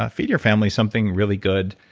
ah feed your family something really good,